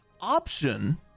option